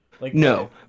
No